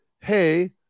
hey